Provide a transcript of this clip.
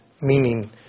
meaning